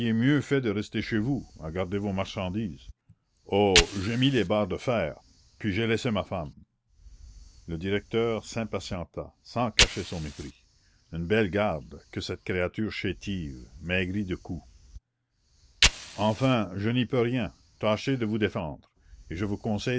mieux fait de rester chez vous à garder vos marchandises oh j'ai mis les barres de fer puis j'ai laissé ma femme le directeur s'impatienta sans cacher son mépris une belle garde que cette créature chétive maigrie de coups enfin je n'y peux rien tâchez de vous défendre et je vous conseille